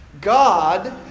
God